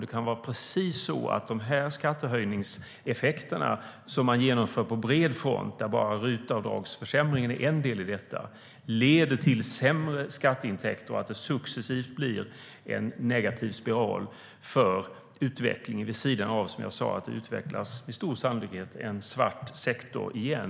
Det kan vara så att de skattehöjningar som man genomför på bred front - RUT-avdragsförsämringen är bara en del i detta - leder till sämre skatteintäkter och till att det successivt blir en negativ spiral för utvecklingen, vid sidan av att det, som jag sa, med stor sannolikhet utvecklas en svart sektor igen.